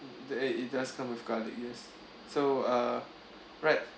it does come with garlic yes so uh right